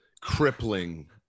crippling